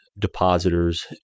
depositors